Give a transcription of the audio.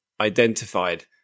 Identified